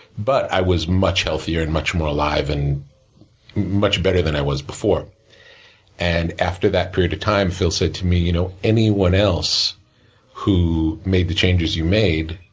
but, i was much healthier, and much more alive, and much better than i was before and, after that period of time, phil said to me, you know, anyone else who made the changes you made,